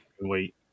wait